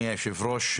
אדוני היושב-ראש,